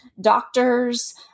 doctors